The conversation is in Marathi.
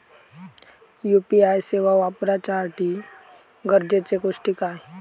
यू.पी.आय सेवा वापराच्यासाठी गरजेचे गोष्टी काय?